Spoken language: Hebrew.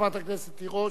חברת הכנסת תירוש.